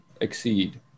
exceed